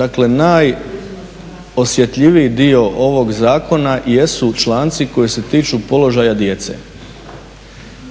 dakle najosjetljiviji dio ovog zakona jesu članci koji se tiču položaja djece.